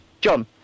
John